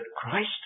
Christ